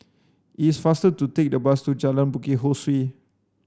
is faster to take the bus to Jalan Bukit Ho Swee